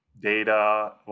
data